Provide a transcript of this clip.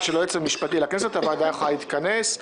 של היועץ המשפטי לכנסת הוועדה יכולה להתכנס.